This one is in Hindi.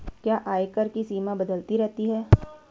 क्या आयकर की सीमा बदलती रहती है?